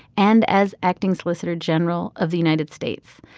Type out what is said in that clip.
and as acting solicitor general of the united states.